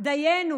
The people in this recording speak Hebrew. דיינו,